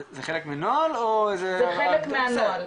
זה חלק מנוהל או --- זה חלק מהנוהל,